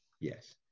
Yes